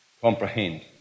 comprehend